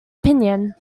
opinion